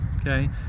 okay